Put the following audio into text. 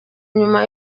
nyuma